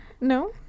no